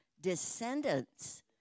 descendants